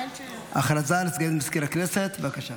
הודעה לסגנית מזכיר הכנסת, בבקשה.